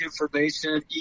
information